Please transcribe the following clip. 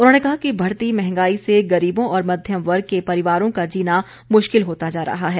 उन्होंने कहा कि बढ़ती मंहगाई से गरीबों और मध्यम वर्ग के परिवारों का जीना मुश्किल होता जा रहा है